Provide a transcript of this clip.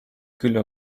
külla